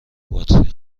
باتری